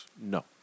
No